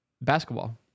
basketball